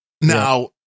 Now